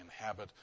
inhabit